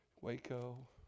Waco